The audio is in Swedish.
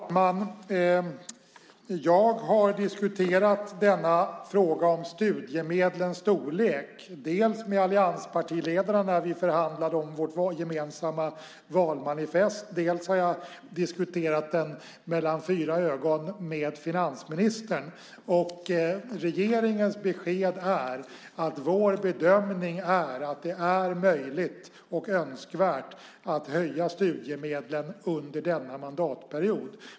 Herr talman! Jag har diskuterat denna fråga, om studiemedlens storlek, dels med allianspartiledarna när vi förhandlade om vårt gemensamma valmanifest, dels mellan fyra ögon med finansministern. Regeringens besked är att vår bedömning är att det är möjligt och önskvärt att höja studiemedlen under denna mandatperiod.